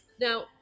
Now